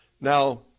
Now